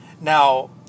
Now